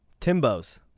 Timbo's